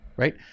Right